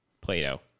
Plato